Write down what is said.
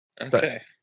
Okay